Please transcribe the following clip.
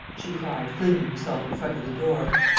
she cried, flinging herself in front of the door.